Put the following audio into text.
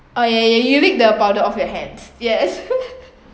oh ya ya you lick the powder off your hands yes